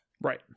Right